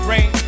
Rain